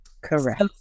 Correct